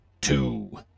two